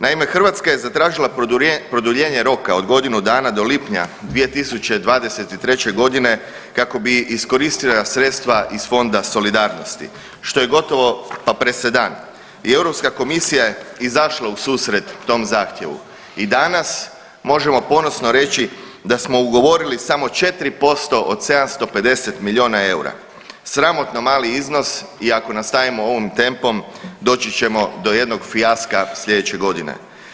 Naime, Hrvatska je zatražila produljenje roka od godinu dana do lipnja 2023.g. kako bi iskoristila sredstva iz Fonda solidarnosti, što je gotovo pa presedan i Europska komisija je izašla u susret tom zahtjevu i danas možemo ponosno reći da smo ugovorili samo 4% od 750 milijuna eura, sramotno mali iznos i ako nastavimo ovim tempom doći ćemo do jednog fijaska sljedeće godine.